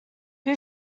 who